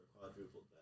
quadrupled